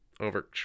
over